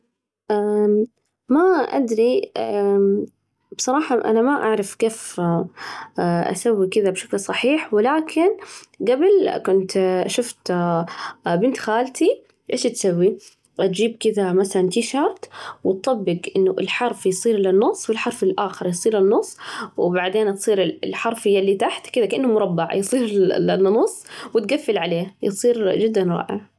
ما أدري بصراحة أنا ما أعرف كيف أسوي كده بشكل صحيح، ولكن جبل كنت شفت بنت خالتي إيش تسوي؟ تجيب كذا مثلا تيشرت وتطبق إنه الحرف يصير للنص والحرف الآخر يصير للنص وبعدين تصير الحرف اللي تحت كذا كأنه مربع يصير النص وتقفل عليه، يصير جداً رائع.